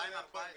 זה מ-2014,